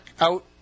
out